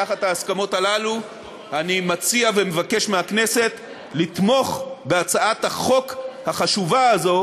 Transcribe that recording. תחת ההסכמות הללו אני מציע ומבקש מהכנסת לתמוך בהצעת החוק החשובה הזו